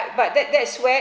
but that's that's where